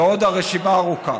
ועוד הרשימה ארוכה.